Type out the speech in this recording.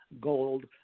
gold